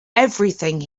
everything